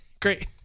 great